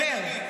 הוא פשוט מדבר.